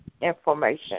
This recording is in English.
information